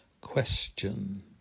question